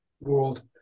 world